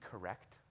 correct